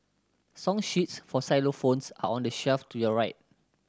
song sheets for xylophones are on the shelf to your right